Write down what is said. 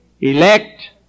Elect